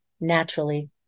naturally